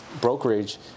brokerage